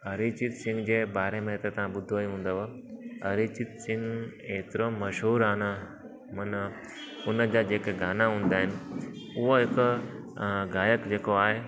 अभिजीत सिंह जे बारे में त तव्हां ॿुधो ई हूंदव अभिजीत सिंह एतिरो मशहूरु आहे न मन उनजा जेके गाना हूंदा आहिनि उहो हिकु ॻाइकु जेको आहे